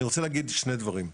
אני רוצה להגיד שני דברים.